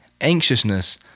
anxiousness